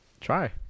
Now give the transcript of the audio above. try